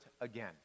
again